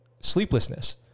sleeplessness